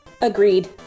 Agreed